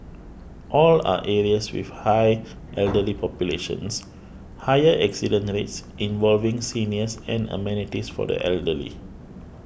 all are areas with high elderly populations higher accident rates involving seniors and amenities for the elderly